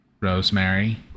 Rosemary